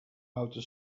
outer